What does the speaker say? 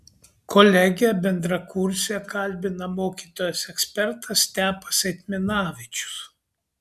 kolegę bendrakursę kalbina mokytojas ekspertas stepas eitminavičius